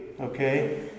okay